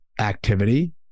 activity